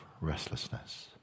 restlessness